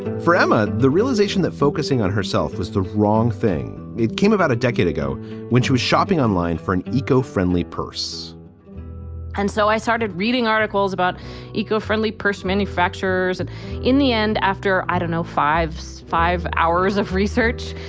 for emma, the realization that focusing on herself was the wrong thing. it came about a decade ago when she was shopping online for an eco friendly purse and so i started reading articles about eco friendly purse manufacturers. and in the end, after, i don't know, five, so five hours of research,